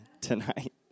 tonight